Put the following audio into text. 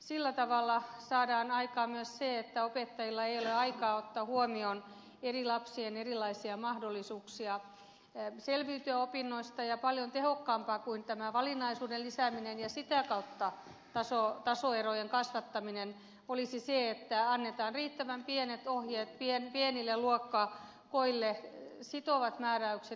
sillä tavalla saadaan aikaan myös se että opettajilla ei ole aikaa ottaa huomioon eri lapsien erilaisia mahdollisuuksia selviytyä opinnoista ja paljon tehokkaampaa kuin tämä valinnaisuuden lisääminen ja sitä kautta tasoerojen kasvattaminen olisi se että annetaan riittävän pienet ohjeet pienen pienelle luokkaa oille sitovat määräykset riittävän pienestä luokkakoosta